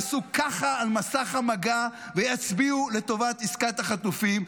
יעשו ככה על מסך המגע ויצביעו לטובת עסקת החטופים,